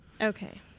Okay